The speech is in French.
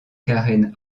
karen